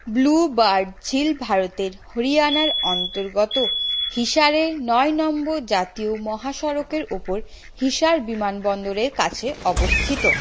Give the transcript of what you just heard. blue bird ঝিল ভারতের হরিয়ানার অন্তর্গত হিসারে নয় নম্বর জাতীয় মহাসড়কের উপর হিসার বিমানবন্দরের কাছে অবস্থিত